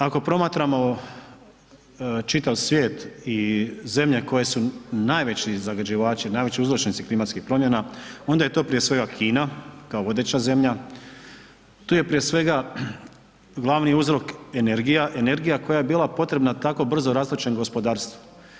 Ako promatramo čitav svijet i zemlje koje su najveći zagađivači, najveći uzročnici klimatskih promjena onda je to prije svega Kina kao vodeća zemlja, tu je prije svega glavni uzrok energija, energija koja je bila potrebna tako brzo rastućem gospodarstvu.